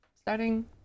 starting